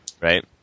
Right